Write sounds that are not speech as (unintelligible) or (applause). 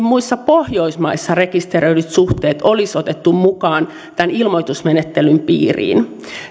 (unintelligible) muissa pohjoismaissa rekisteröidyt suhteet olisi otettu mukaan tämän ilmoitusmenettelyn piiriin